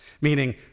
meaning